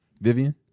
Vivian